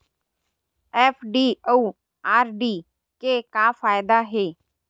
FD अउ RD के का फायदा हे?